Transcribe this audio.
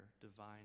divine